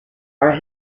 are